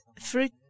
fruit